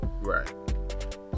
Right